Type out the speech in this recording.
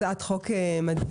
הצעת חוק מדהימה,